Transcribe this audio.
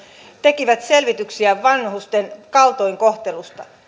tekivät selvityksiä vanhusten kaltoinkohtelusta